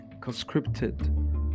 conscripted